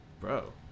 bro